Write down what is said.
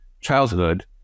childhood